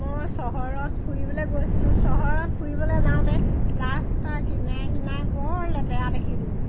মই চহৰত ফুৰিবলৈ গৈছিলোঁ চহৰত ফুৰিবলৈ যাওঁতে ৰাস্তাৰ কিনাৰে কিনাৰে বৰ লেতেৰা দেখিলোঁ